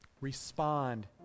respond